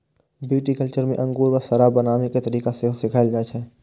viticulture मे अंगूर सं शराब बनाबै के तरीका सेहो सिखाएल जाइ छै